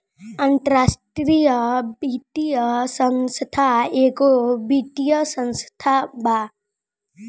अन्तराष्ट्रिय वित्तीय संस्था एगो वित्तीय संस्था बा